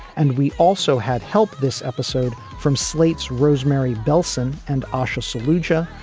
and we also had help this episode from slate's rosemarie bellson and asha saluda,